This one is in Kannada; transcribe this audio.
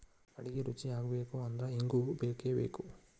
ಅಡಿಗಿ ರುಚಿಯಾಗಬೇಕು ಅಂದ್ರ ಇಂಗು ಬೇಕಬೇಕ